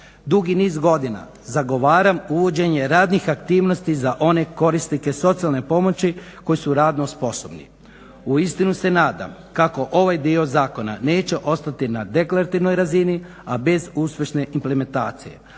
Dugi niz godina zagovaram uvođenje radnih aktivnosti za one korisnike socijalne pomoći koji su radno sposobni. Uistinu se nadam kako ovaj dio zakona neće ostati na deklarativnoj razini, a bez uspješne implementacije.